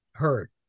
heard